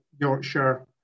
Yorkshire